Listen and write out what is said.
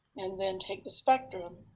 then take the spectrum.